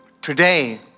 today